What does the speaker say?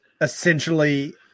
essentially